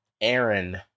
Aaron